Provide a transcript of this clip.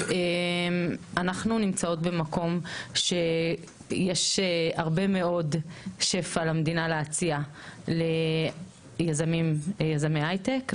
אנחנו נמצאות במקום שיש הרבה מאוד שפע למדינה להציע ליזמי הייטק,